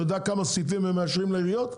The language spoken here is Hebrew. אתה יודע כמה הם מאשרים לראשי העיריות?